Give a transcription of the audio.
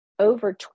over